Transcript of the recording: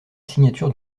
signature